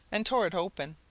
and tore it open,